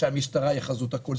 שהמשטרה היא חזות הכול.